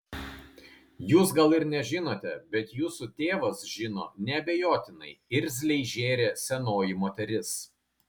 jūs gal ir nežinote bet jūsų tėvas žino neabejotinai irzliai žėrė senoji moteris